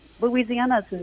Louisiana's